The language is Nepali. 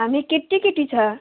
हामी केटी केटी छ